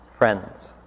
Friends